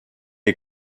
est